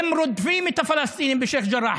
הם רודפים את הפלסטינים בשייח' ג'ראח.